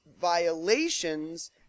violations